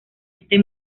este